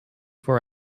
four